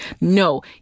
No